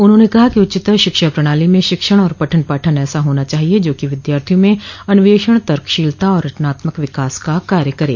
उन्होंने कहा कि उच्चतर शिक्षा प्रणाली में शिक्षण और पठन पाठन ऐसा होना चाहिये जोकि विद्यार्थियों में अन्वेषण तर्कशीलता और रचनात्मक विकास का कार्य करे